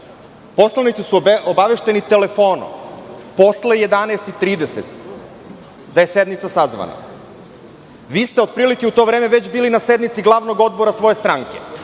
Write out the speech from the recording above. Poslanici su obavešteni telefonom posle 11.30 da je sednica sazvana. Vi ste otprilike u to vreme već bili na sednici glavnog odbora svoje stranke.